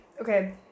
okay